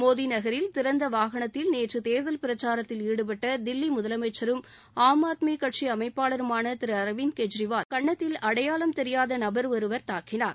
மோதி நகரில் திறந்த வாகனத்தில் நேற்று தேர்தல் பிரச்சாரத்தில் ஈடுபட்ட தில்லி முதலமைச்சரும் ஆம் ஆத்மி கட்சி அமைப்பாளருமான திரு அரவிந்த கெஜ்ரிவால் கன்னத்தில் அடையாளம் தெரியாத நபர் ஒருவர் தாக்கினார்